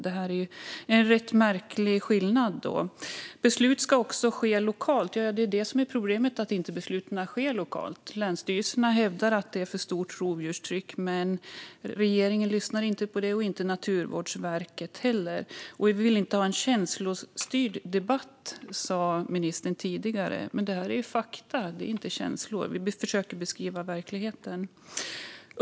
Det är en märklig skillnad. Beslut ska också fattas lokalt. Ja, problemet är ju att besluten inte fattas lokalt. Länsstyrelserna hävdar att det är för stort rovdjurstryck, men regeringen lyssnar inte på det och inte Naturvårdsverket heller. Vi vill inte ha en känslostyrd debatt, sa ministern tidigare. Men detta är fakta, det är inte känslor! Vi försöker beskriva verkligheten.